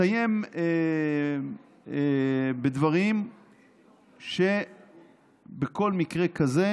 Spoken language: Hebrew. והוא מסיים בדברים שבכל מקרה כזה,